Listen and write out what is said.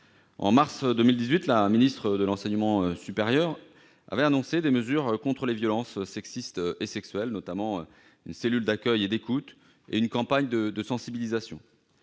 En mars 2018, la ministre de l'enseignement supérieur a annoncé des mesures contre les violences sexistes et sexuelles, notamment la mise en place d'une cellule d'accueil et d'écoute et le lancement d'une campagne de sensibilisation.